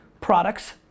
Products